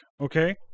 okay